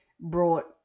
brought